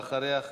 ואחריה,